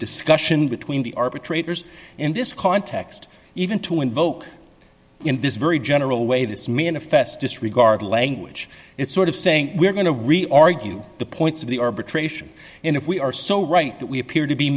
discussion between the arbitrator's in this context even to invoke in this very general way this manifest disregard language it's sort of saying we're going to re argue the points of the arbitration and if we are so right that we appear to be